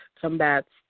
combats